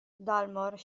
dalmor